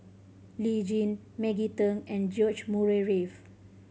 Lee Tjin Maggie Teng and George Murray Reith